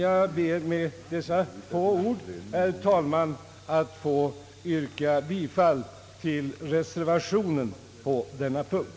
Jag ber med dessa få ord, herr talman, att få yrka bifall till den av mig m.fl. anförda reservationen under denna punkt.